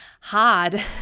hard